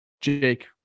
Jake